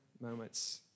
moments